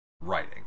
writing